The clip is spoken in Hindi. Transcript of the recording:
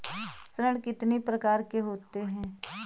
ऋण कितनी प्रकार के होते हैं?